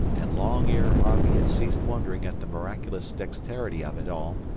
and long ere harvey had ceased wondering at the miraculous dexterity of it all,